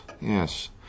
yes